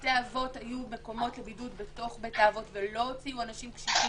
שבבתי אבות היו מקומות לבידוד בתוך בית האבות ולא הוציאו אנשים קשישים,